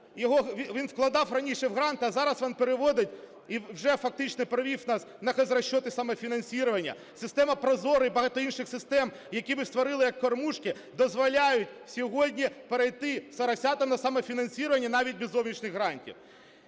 він вкладав раніше в грант, а зараз він переводить, і вже фактично перевів нас на хозрасчеты, самофинансирование Система "ProZorro" і багато інших систем, які ви створили, як кормушки, дозволяють сьогодні перейти "соросятам" на самофінансування навіть без зовнішніх грантів.